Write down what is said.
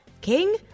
King